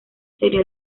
sería